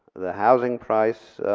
the housing price